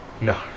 No